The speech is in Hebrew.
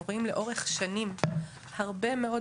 אנחנו רואים לאורך שנים הרבה מאוד